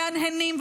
מהנהנים,